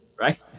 Right